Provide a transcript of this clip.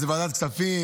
זה ועדת כספים,